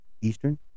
Eastern